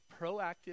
proactive